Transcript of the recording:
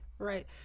Right